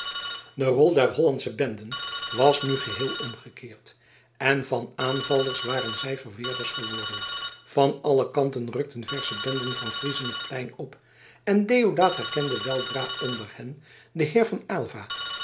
de rol der hollandsche benden was nu geheel omgekeerd en van aanvallers waren zij verweerders geworden van alle kanten rukten versche benden van friezen het plein op en deodaat herkende weldra onder hen den heer van aylva